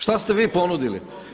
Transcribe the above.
Šta ste vi ponudili?